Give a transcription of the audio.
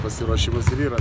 pasiruošimas ir yra